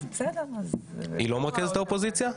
היא לא מרכזת האופוזיציה?